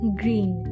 green